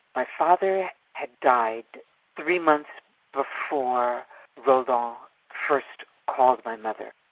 my father had died three months before roland um ah first called my mother,